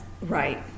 Right